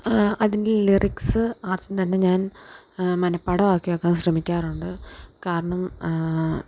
അതിൻ്റെ ലിറിക്സ് ആദ്യം തന്നെ ഞാൻ മനഃപാഠമാക്കി വെക്കാൻ ശ്രമിക്കാറുണ്ട് കാരണം